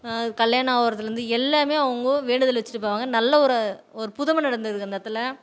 கல்யாண ஆகிறதுல இருந்து எல்லாமே அவங்கோ வேண்டுதல் வச்சிருப்பாங்க நல்ல ஒரு ஒரு புதுமை நடந்தது அந்த இடத்துல